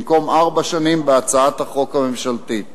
במקום ארבע שנים בהצעת החוק הממשלתית.